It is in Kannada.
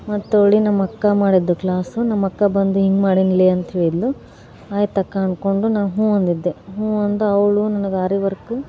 ಮತ್ತೆ ತಗೊಳ್ಳಿ ನಮ್ಮ ಅಕ್ಕ ಮಾಡಿದ್ದು ಕ್ಲಾಸು ನಮ್ಮ ಅಕ್ಕ ಬಂದು ಹಿಂಗೆ ಮಾಡೀನಿ ಲೆ ಅಂಥೇಳಿದ್ಲು ಆಯ್ತಕ್ಕ ಅಂದ್ಕೊಂಡು ನಾನು ಹೂ ಅಂದಿದ್ದೆ ಹೂ ಅಂದೆ ಅವಳು ನನಗೆ ಅರಿ ವರ್ಕ್